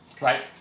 Right